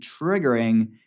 triggering